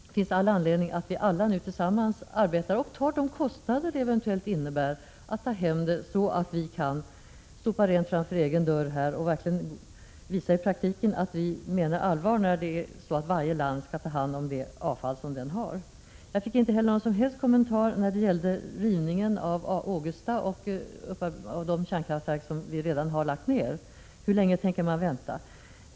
Det finns all anledning att vi nu tillsammans arbetar och tar de kostnader som det eventuellt innebär att ta hem avfallet, så att vi kan sopa rent framför egen dörr och verkligen visa i praktiken att vi menar allvar med att varje land skall ta hand om sitt eget avfall. Jag fick inte heller någon som helst kommentar beträffande rivningen av Ågesta och de kärnkraftverk som vi redan har lagt ned. Hur länge tänker man vänta?